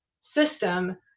system